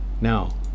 Now